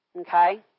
Okay